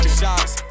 shots